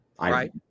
right